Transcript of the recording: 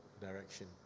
direction